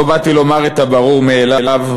לא באתי לומר את הברור מאליו,